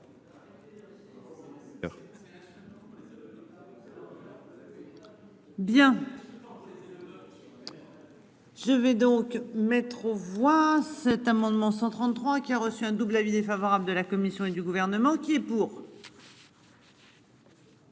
Bien. Je vais donc mettre aux voix cet amendement 133 qui a reçu un double avis défavorable de la Commission et du gouvernement qui est pour.